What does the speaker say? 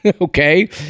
Okay